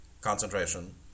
concentration